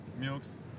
milks